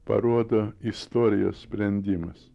parodo istorijos sprendimas